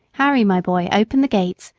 harry, my boy, open the gates,